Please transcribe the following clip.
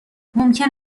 ممکن